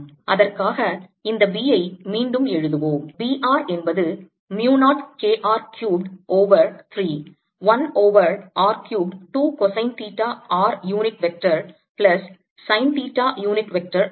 அதற்காக இந்த B ஐ மீண்டும் எழுதுவோம் B r என்பது mu 0 K r cubed over 3 1 over R cubed 2 cosine theta r unit vector plus sine theta unit vector ஆகும்